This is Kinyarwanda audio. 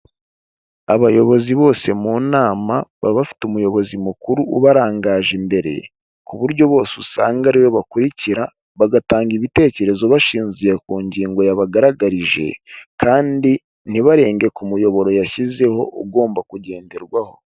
Abayobozi bose mu nama baba bafite umuyobozi mukuru ubarangaje imbere, ku buryo bose usanga ariwe bakurikira, bagatanga ibitekerezo bashingiye ku ngingo yabagaragarije kandi ntibarenge ku muyoboro yashyizeho ugomba kugenderwaho.